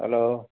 hello